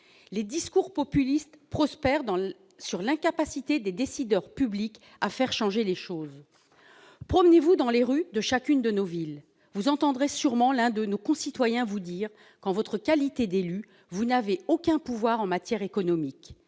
Les discours populistes prospèrent sur l'incapacité des décideurs publics à faire changer les choses. Promenez-vous, mes chers collègues, dans les rues de chacune de nos villes. Vous entendrez sûrement l'un de nos concitoyens vous dire que, en votre qualité d'élu, vous n'avez aucun pouvoir en matière économique.